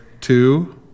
two